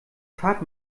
fahrt